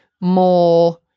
more